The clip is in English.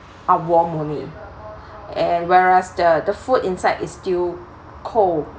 are warm only and whereas the the food inside is still cold